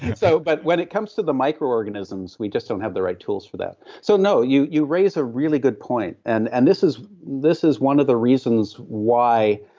so but when it comes to the microorganisms, we just don't have the right tools for that. so no, you you raise a really good point, and and this is this is one of the reasons why